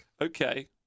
okay